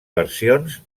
versions